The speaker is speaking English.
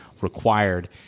required